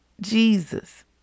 Jesus